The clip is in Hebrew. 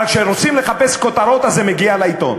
אבל כשרוצים לחפש כותרות אז זה מגיע לעיתון,